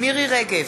מירי רגב,